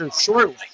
shortly